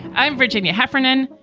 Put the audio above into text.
i'm virginia heffernan.